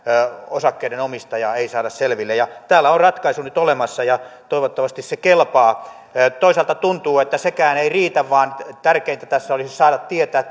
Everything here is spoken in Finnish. osakkeiden omistajaa ei saada selville täällä on ratkaisu nyt olemassa ja toivottavasti se kelpaa toisaalta tuntuu että sekään ei riitä vaan tärkeintä tässä olisi saada tietää